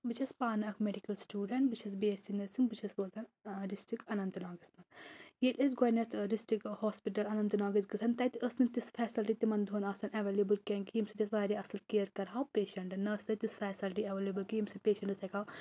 بہٕ چھَس پانہٕ اَکھ میڈِکَل سٹوٗڈنٛٹ بہٕ چھَس بی اؠس سی نرسِنٛگ بہٕ چھَس روزان ڈِسٹِرٛک اننت ناگَس منٛز ییٚلہِ أسۍ گۄڈنؠتھ ڈِسٹِرٛک ہاسپِٹَل اننت ناگَس گژھان تَتہِ ٲس نہٕ تِژھ فیسَلٹی تِمَن دۄہَن آسان اَیٚوَیٚلِیبٕل کینٛہہ کہِ ییٚمہِ سۭتۍ ٲسۍ واریاہ اَصٕل کِیَر کَرہاو پَیشَنٛٹَن نہ ٲس نہٕ تِژھ فیسَلٹی ایٚوَیٚلَیبٕل کینٛہہ ییٚمہِ سۭتۍ پَیشَنٹ ٲسۍ ہیٚکہاو